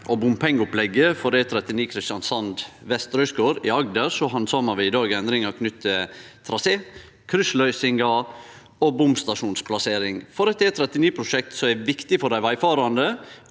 og bompengeopplegget for E39 Kristiansand vest–Røyskår i Agder handsamar vi i dag endringar knytte til trasé, kryssløysingar og bomstasjonsplassering for eit E39-prosjekt som er viktig for dei vegfarande